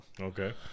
Okay